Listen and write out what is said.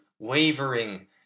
Wavering